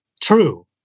true